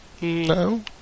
No